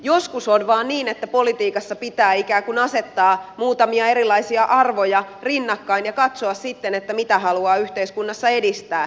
joskus on vain niin että politiikassa pitää ikään kuin asettaa muutamia erilaisia arvoja rinnakkain ja katsoa sitten mitä haluaa yhteiskunnassa edistää